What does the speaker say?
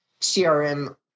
CRM